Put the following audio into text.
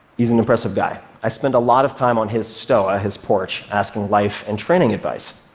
he's an impressive guy. i spent a lot of time on his stoa, his porch, asking life and training advice.